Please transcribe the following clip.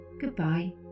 goodbye